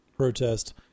protest